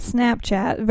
Snapchat